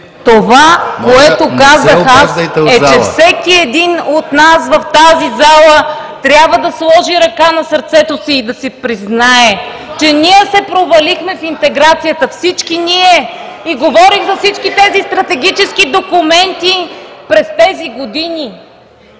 ...е, че всеки от нас в тази зала трябва да сложи ръка на сърцето си и да признае, че ние се провалихме в интеграцията. Всички ние! Говорим за всички стратегически документи през тези години.